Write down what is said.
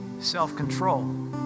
Self-control